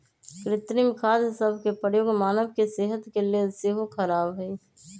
कृत्रिम खाद सभ के प्रयोग मानव के सेहत के लेल सेहो ख़राब हइ